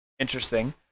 interesting